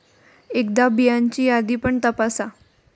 एकदा बियांची यादी पण तपासा